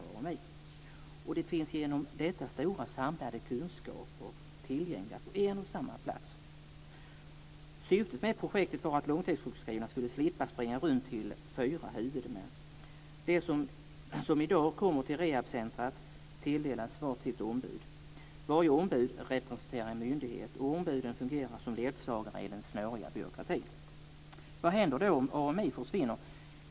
Därigenom finns det stora samlade kunskaper tillgängliga på en och samma plats. Syftet med projektet var att långtidssjukskrivna skulle slippa springa runt till fyra huvudmän. De som i dag kommer till rehabcentret tilldelas var sitt ombud. Varje ombud representerar en myndighet, och ombuden fungerar som ledsagare i den snåriga byråkratin. Vad händer om AMI försvinner?